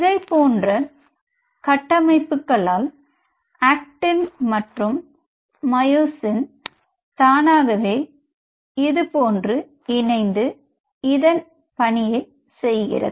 இதை போன்ற கட்டமைப்புக்களால் ஆக்டின் மற்றும் மயோசின் தனாகவே இதுபோன்று இணைந்து இதன் பணியை செயகிறது